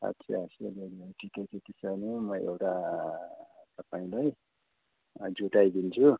अच्छा स्यालेरीहरू ठिकै छ त्यसो हो भने म एउटा तपाईँलाई जुटाइदिन्छु